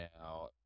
now